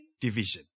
division